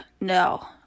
no